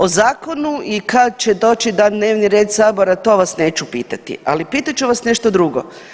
O zakonu i kad će doći na dnevni red Sabora to vas neću pitati, ali pitat ću vas nešto drugo.